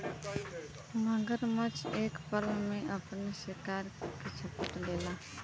मगरमच्छ एक पल में अपने शिकार के झपट लेला